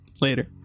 Later